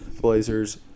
Blazers